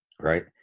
right